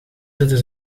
zitten